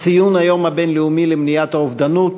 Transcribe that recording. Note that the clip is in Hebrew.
בציון היום הבין-לאומי למניעת האובדנות,